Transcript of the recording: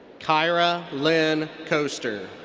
kyrah lynn koaster.